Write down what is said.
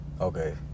Okay